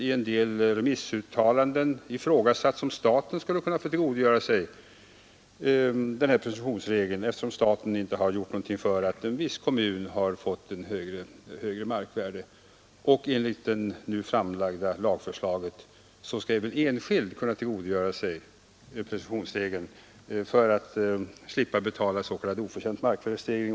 I en del remissuttalanden har t.o.m. ifrågasatts, om staten skulle kunna använda sig av p umtionsregeln, eftersom staten inte har gjort någonting för att man har fått högre markvärde i en viss kommun. Enligt det nu framlagda lagförslaget skall även en enskild person kunna tillgodogöra sig presumtionsregeln för att slippa betala s.k. oförtjänt markvärdesstegring.